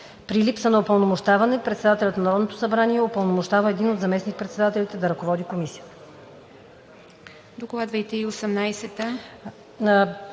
При липса на упълномощаване председателят на Народното събрание упълномощава един от заместник-председателите да ръководи комисията.“